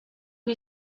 you